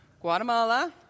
Guatemala